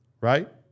Right